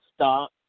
Stop